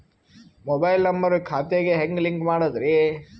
Mobile number ಖಾತೆ ಗೆ ಹೆಂಗ್ ಲಿಂಕ್ ಮಾಡದ್ರಿ?